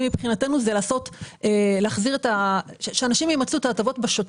מבחינתנו זה שאנשים ימצו את ההטבות בשוטף.